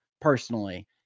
personally